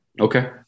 Okay